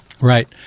Right